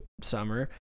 summer